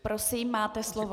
Prosím, máte slovo.